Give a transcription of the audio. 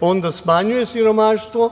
onda smanjuje siromaštvo,